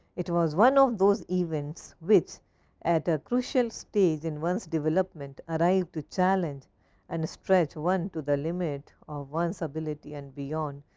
it was one of those events which at a crucial stage in one's development arrive to challenge and a stretch one to the limit of one's ability and beyond,